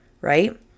right